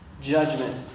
judgment